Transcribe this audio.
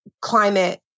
climate